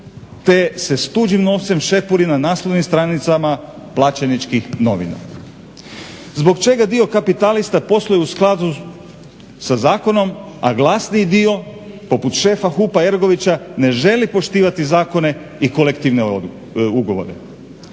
te se s tuđim novcem šepuri na naslovnim stranicama plaćeničkih novina. Zbog čega dio kapitalista posluje u skladu sa zakonom, a glasniji dio poput šefa HUP-a Ergovića ne želi poštivati zakone i kolektivne ugovore.